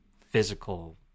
physical